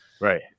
right